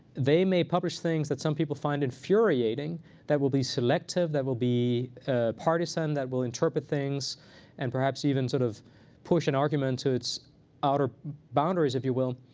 they may publish things that some people find infuriating that will be selective, that will be ah partisan, that will interpret things and perhaps even sort of push an argument to its outer boundaries, if you will.